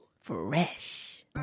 Fresh